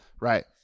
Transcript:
Right